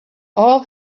all